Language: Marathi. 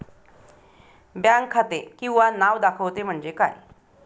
बँक खाते किंवा नाव दाखवते म्हणजे काय?